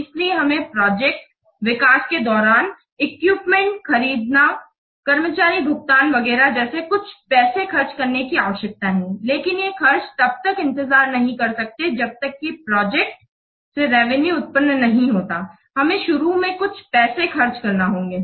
इसलिए हमें प्रोजेक्ट विकास के दौरान इक्विपमेंट खरदी कर्मचारी भुगतान वगैरह जैसे कुछ पैसे खर्च करने की आवश्यकता है लेकिन ये खर्च तब तक इंतजार नहीं कर सकते जब तक कि प्रोजेक्ट से रेवेनुए उत्पन्न नहीं होता है हमें शुरू में कुछ पैसे खर्च करने होंगे